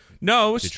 No